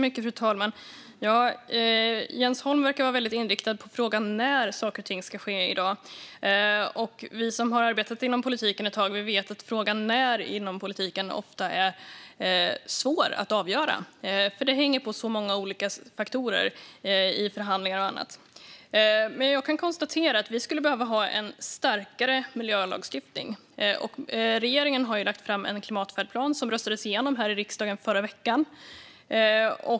Fru talman! Jens Holm verkar vara väldigt inriktad på frågan när saker och ting ska ske. Vi som har arbetat inom politiken ett tag vet att frågan när ofta är svår att svara på inom politiken, eftersom den hänger på så många olika faktorer i förhandlingar och annat. Jag kan konstatera att vi skulle behöva ha en starkare miljölagstiftning. Regeringen har lagt fram en klimatfärdplan som röstades igenom här i riksdagen förra veckan.